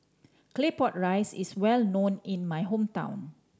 Claypot Rice is well known in my hometown